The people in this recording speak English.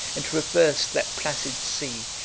and traversed that placid sea,